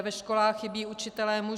Ve školách chybí učitelé muži.